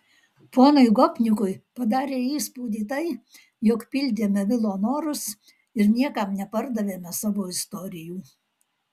ponui gopnikui padarė įspūdį tai jog pildėme vilo norus ir niekam nepardavėme savo istorijų